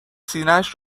سینهاش